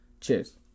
Cheers